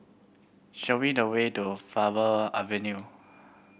show me the way to Faber Avenue